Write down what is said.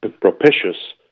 propitious